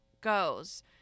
goes